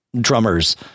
drummers